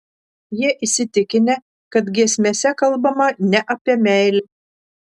jie įsitikinę kad giesmėse kalbama ne apie meilę